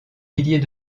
milliers